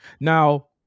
Now